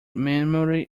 memory